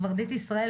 ורדית ישראל,